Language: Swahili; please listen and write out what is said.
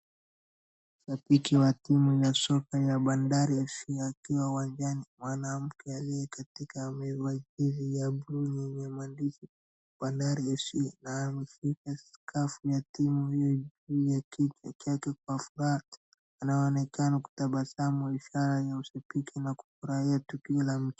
Shabiki wa timu ya soka ya Bandari FC akiwa uwanjani. Mwanamke aliye katika jezi ya blue yenye maandishi Bandari FC , naye amefunga skafu ya timu hiyo juu ya kitchwa yake kwa furaha. Anaonekana kutabasamu, ishara ya ushabiki na kufurahia tukio la.